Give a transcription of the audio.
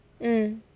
mm